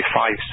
five